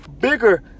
bigger